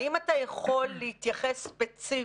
האם אתה יכול להתייחס ספציפית,